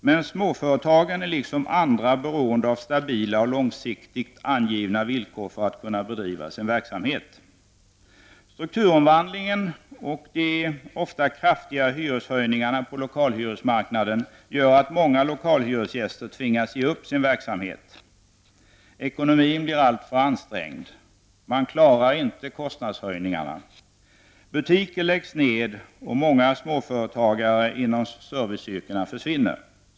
Men småföretagen är liksom andra beroende av stabila och långsiktigt angivna villkor för att kunna bedriva sin verksamhet. Strukturomvandlingen och de ofta kraftiga hyreshöjningarna på lokalhyresmarknaden gör att många lokalhyresgäster tvingas ge upp sin verksamhet. Ekonomin blir alltför ansträngd. Man klarar inte kostnadshöjningarna. Butiker läggs ner, och många småföretagare inom serviceyrkena försvinner.